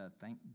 thank